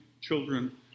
children